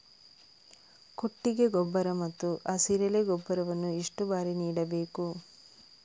ಕೊಟ್ಟಿಗೆ ಗೊಬ್ಬರ ಮತ್ತು ಹಸಿರೆಲೆ ಗೊಬ್ಬರವನ್ನು ಎಷ್ಟು ಬಾರಿ ನೀಡಬೇಕು?